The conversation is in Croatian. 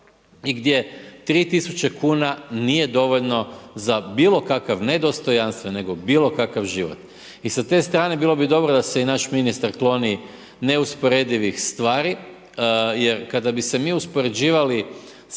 i gdje 3000 kn nije dovoljno za bilo kakav, ne dostojanstven, nego bilo kakav život. I sa te strana bilo bi dobro da se naš ministar kloni neusporedivih stvari, jer kada bi se mi uspoređivali,